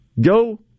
Go